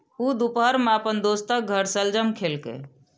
ऊ दुपहर मे अपन दोस्तक घर शलजम खेलकै